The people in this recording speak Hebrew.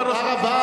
אמר ראש הממשלה.